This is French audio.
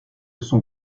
son